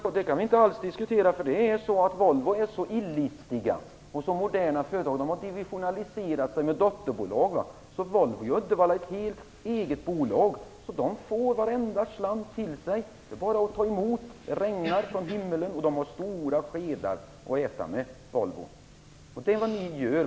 Herr talman! Nej, Sonia Karlsson, det kan vi inte alls diskutera. Det är nämligen så att på Volvo är man mycket illistig. Som moderna företag har Volvo "divisionaliserat" sig med dotterbolag. Volvo i Uddevalla är ett helt eget bolag, som får varenda slant till sig. Det är bara att ta emot. Det regnar från himlen. Och Volvo har stora skedar att äta med. Detta är vad regeringen gör.